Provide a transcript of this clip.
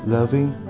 Loving